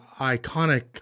iconic